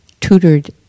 tutored